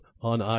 on